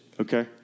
okay